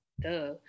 duh